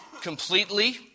completely